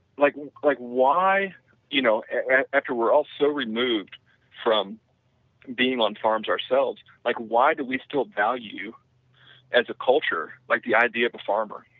like like why you know after we're all so removed from being on farms ourselves, like why do we still value as a culture like the idea of a farmer.